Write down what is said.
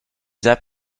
that